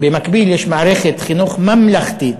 במקביל יש מערכת ממלכתית,